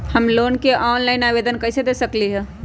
हम लोन के ऑनलाइन आवेदन कईसे दे सकलई ह?